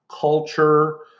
culture